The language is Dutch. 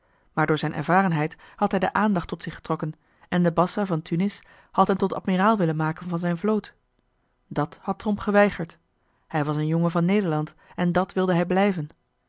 door zijn ervarenheid had hij de aandacht tot zich getrokken en de bassa van tunis had hem tot admiraal willen maken van zijn vloot dàt had tromp geweigerd hij was een jongen van nederland en dàt wilde hij blijven